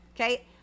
Okay